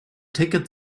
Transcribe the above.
ticket